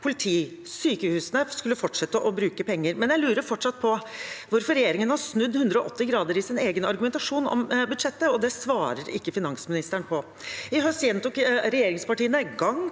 politi og sykehus skulle fortsette å bruke penger. Jeg lurer fortsatt på hvorfor regjeringen har snudd 180 grader i sin egen argumentasjon om budsjettet. Det svarer ikke finansministeren på. I høst gjentok regjeringspartiene gang